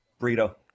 Burrito